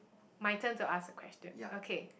my turn to ask a question okay